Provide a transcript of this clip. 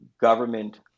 government